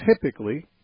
typically